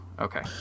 Okay